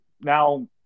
now